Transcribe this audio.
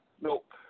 Nope